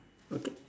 okay